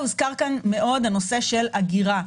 הוזכר כאן נושא האגירה.